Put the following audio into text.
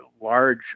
large